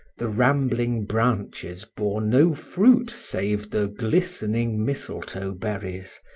the rambling branches bore no fruit save the glistening mistletoe berries,